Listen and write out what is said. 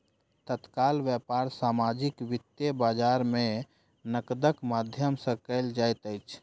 तत्काल व्यापार सामाजिक वित्तीय बजार में नकदक माध्यम सॅ कयल जाइत अछि